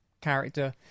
character